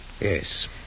Yes